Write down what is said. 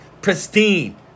pristine